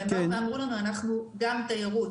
והם באו ואמרו לנו: אנחנו גם תיירות.